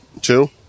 Two